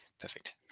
Perfect